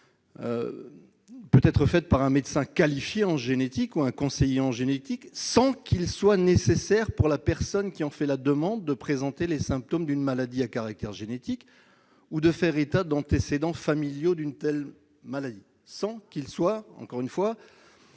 peut être faite « par un médecin qualifié en génétique ou un conseiller en génétique sans qu'il soit nécessaire pour la personne qui en fait la demande de présenter les symptômes d'une maladie à caractère génétique ou de faire état d'antécédents familiaux d'une telle maladie ». Il est ensuite précisé